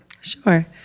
Sure